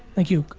thank you.